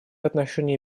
отношении